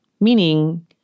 Meaning